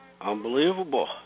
Unbelievable